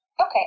Okay